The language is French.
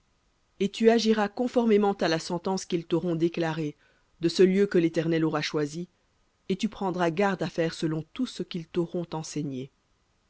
et tu agiras conformément à la sentence qu'ils t'auront déclarée de ce lieu que l'éternel aura choisi et tu prendras garde à faire selon tout ce qu'ils t'auront enseigné